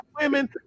women